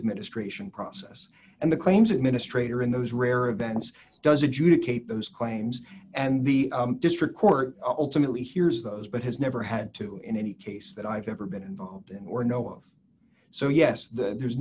administration process and the claims administrator in those rare events does adjudicate those claims and the district court ultimately hears those but has never had to in any case that i've ever been involved in or know of so yes there's